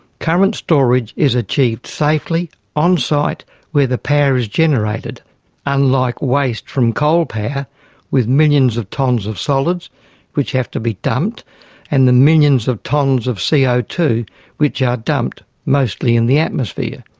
current storage is achieved safely on site where the power is generated unlike waste from coal power with millions of tonnes of solids which have to be dumped and the millions of tonnes of c o ah two which are dumped mostly in the atmosphere.